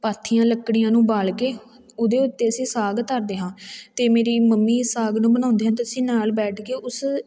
ਪਾਥੀਆਂ ਲੱਕੜੀਆਂ ਨੂੰ ਬਾਲ ਕੇ ਉਹਦੇ ਉੱਤੇ ਅਸੀਂ ਸਾਗ ਧਰਦੇ ਹਾਂ ਅਤੇ ਮੇਰੀ ਮੰਮੀ ਸਾਗ ਨੂੰ ਬਣਾਉਂਦੇ ਹਨ ਅਤੇ ਅਸੀਂ ਨਾਲ ਬੈਠ ਕੇ ਉਸ